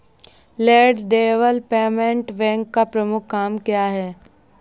Land development bank का प्रमुख काम क्या है?